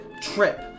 trip